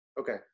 Okay